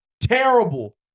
Terrible